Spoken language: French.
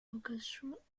vocations